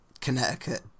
Connecticut